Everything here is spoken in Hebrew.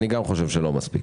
אני גם חושב שזה לא מספיק.